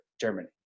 Germany